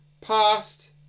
past